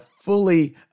fully